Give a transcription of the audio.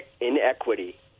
inequity